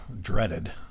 dreaded